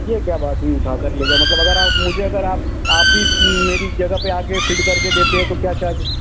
یہ کیا بات ہوئی اٹھا کر لے جاؤ مطلب اگر آپ مجھے اگر آپ آپ ہی میری جگہ پہ آ کے فٹ کر کے دیتے ہیں تو کیا چارج